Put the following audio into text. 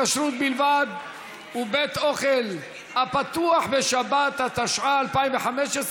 כשרות בלבד ובית אוכל הפתוח בשבת), התשע"ה 2015,